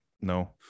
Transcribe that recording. No